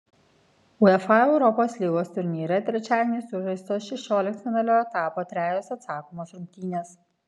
uefa europos lygos turnyre trečiadienį sužaistos šešioliktfinalio etapo trejos atsakomos rungtynės